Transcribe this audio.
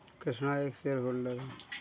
कृष्णा एक shareholder है